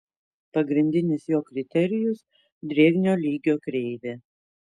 pagrindinis jo kriterijus drėgnio lygio kreivė